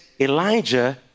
Elijah